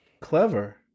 clever